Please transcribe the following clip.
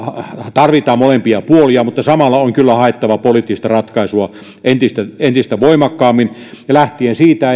sotilaskriisinhallintaa molempia puolia tarvitaan mutta samalla on kyllä haettava poliittista ratkaisua entistä entistä voimakkaammin lähtien siitä